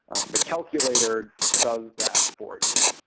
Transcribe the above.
the calculator does that for you.